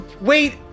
wait